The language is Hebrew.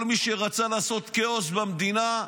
כל מי שרצה לעשות כאוס במדינה,